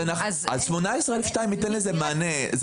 אז 18א2 ייתן לזה מענה.